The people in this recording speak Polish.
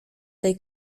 tej